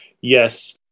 yes